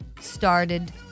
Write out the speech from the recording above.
started